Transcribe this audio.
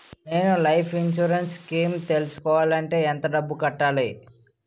నేను life insurance scheme తీసుకోవాలంటే ఎంత డబ్బు కట్టాలి?